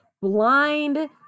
blind